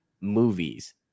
movies